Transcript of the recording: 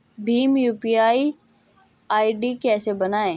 Bhim UPI ID कैसे बनाएं?